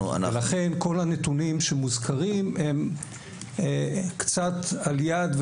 ולכן כל הנתונים שמוזכרים הם קצת על יד,